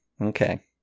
Okay